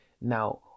now